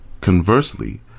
Conversely